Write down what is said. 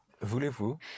Voulez-vous